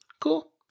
Cool